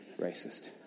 Racist